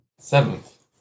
Seventh